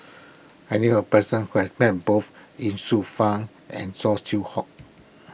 I knew a person who has met both Ye Shufang and Saw Swee Hock